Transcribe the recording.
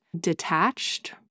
detached